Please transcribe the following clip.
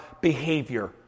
behavior